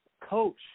coach